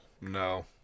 no